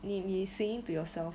你你 singing to yourself